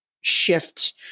shift